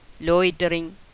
loitering